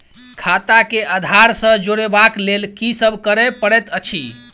खाता केँ आधार सँ जोड़ेबाक लेल की सब करै पड़तै अछि?